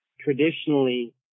traditionally